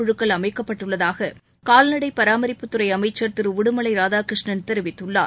குழக்கள் அமைக்கப்பட்டுள்ளதாக கால்நடை பராமரிப்புத்துறை அமைச்சர் திரு உடுமலை ராதாகிருஷ்ணன் தெரிவித்துள்ளார்